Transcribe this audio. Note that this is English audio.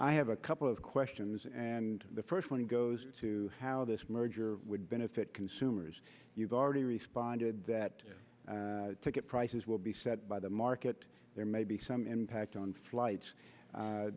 i have a couple of questions and the first one goes to how this merger would benefit consumers you've already responded that ticket prices will be set by the market there may be some impact on flights